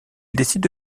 décide